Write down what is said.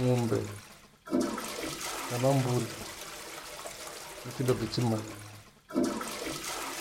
Ng'ombe kana mburi ni findo fichi manya manya.